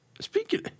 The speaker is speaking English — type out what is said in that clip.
speaking